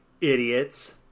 idiots